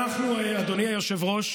אנחנו, אדוני היושב-ראש,